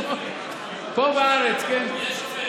פה בארץ, כן.